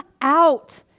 out